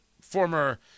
former